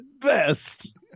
best